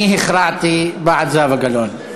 אני הכרעתי בעד זהבה גלאון.